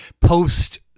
post